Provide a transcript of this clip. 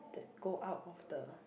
that go out of the